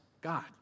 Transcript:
God